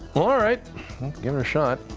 all right? give it a shot.